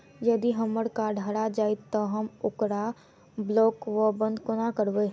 यदि हम्मर कार्ड हरा जाइत तऽ हम ओकरा ब्लॉक वा बंद कोना करेबै?